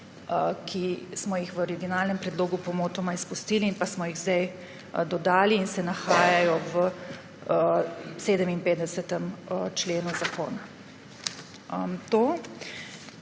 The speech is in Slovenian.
ki smo jih v originalnem predlogu pomotoma izpustili pa smo jih zdaj dodali in se nahajajo v 57. členu zakona. To.